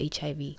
hiv